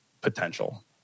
potential